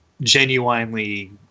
genuinely